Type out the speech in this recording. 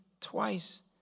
twice